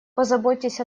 позаботьтесь